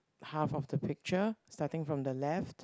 half of the picture starting from the left